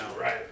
Right